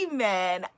Amen